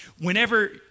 Whenever